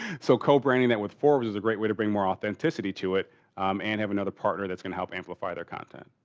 so, co-branding that with forbes is a great way to bring more authenticity to it and have another partner that's gonna help amplify their content,